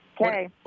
Okay